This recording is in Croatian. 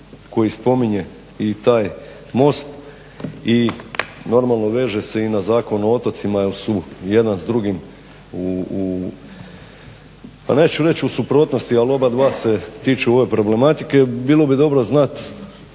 koji spominje i taj most i normalno veže se i na Zakon o otocima jer su jedan s drugim pa neću reći u suprotnosti ali oba se tiču ove problematike, bilo bi dobro znati